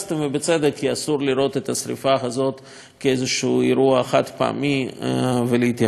כי אסור לראות את השרפה הזאת כאיזה אירוע חד-פעמי ולהתייחס רק אליו.